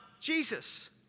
Jesus